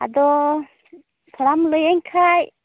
ᱟᱫᱚ ᱛᱷᱚᱲᱟᱢ ᱞᱟᱹᱭᱟᱹᱧ ᱠᱷᱟᱱ